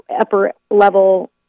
upper-level